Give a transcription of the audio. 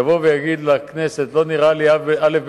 יבוא ויגיד לכנסת: לא נראה לי א',